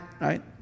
right